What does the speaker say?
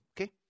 Okay